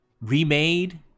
Remade